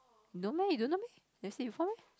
no meh you don't know meh never see before meh